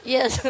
Yes